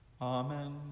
Amen